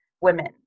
women